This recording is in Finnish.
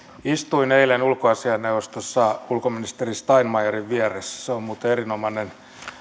istuin eilen ulkoasiainneuvostossa ulkoministeri steinmeierin vieressä se on muuten erinomainen